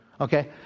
okay